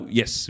yes